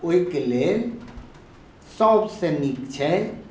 तऽ ओहिके लेल सभसॅं नीक छै